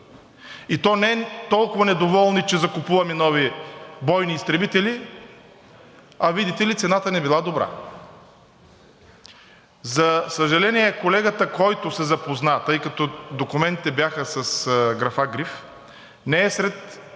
и то не толкова недоволни, че закупуваме нови бойни изтребители, а видите ли, цената не била добра. За съжаление, колегата, който се запозна, тъй като документите бяха с гриф, не е сред